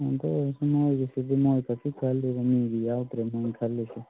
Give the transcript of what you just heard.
ꯑꯗꯣ ꯃꯣꯏꯒꯤꯁꯤꯗꯤ ꯃꯣꯏ ꯈꯛꯀꯤ ꯈꯜꯂꯤ ꯃꯤꯒꯤ ꯌꯥꯎꯗ꯭ꯔꯦ ꯃꯣꯏ ꯈꯜꯂꯤꯁꯦ